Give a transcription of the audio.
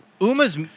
Uma's